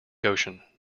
ocean